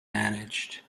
managed